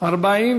נתקבלו.